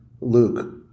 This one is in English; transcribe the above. Luke